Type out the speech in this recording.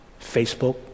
Facebook